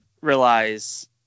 realize